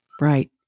Right